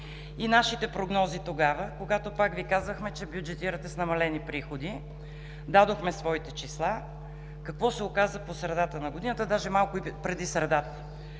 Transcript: и нашите прогнози тогава, когато пак Ви казахме, че бюджетирате с намалени приходи? Дадохме своите числа. Какво се оказа по средата на годината, даже малко преди средата?